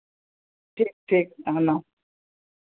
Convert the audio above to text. ठीक ठीक आना